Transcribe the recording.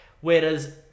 whereas